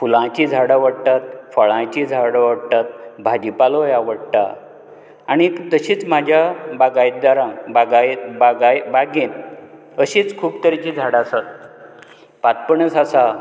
फुलांची झाडां आवडटात फळांचीं झाडां आवडटात भाजी पालोय आवडटा आनी तशींच म्हाज्या बागायत दारान बागाय बागेंत अशींत खूब तरेचीं झाडां आसात पातपणस आसा